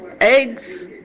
eggs